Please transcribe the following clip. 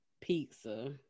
pizza